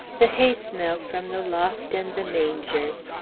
the hay smell from the loft and the mangers,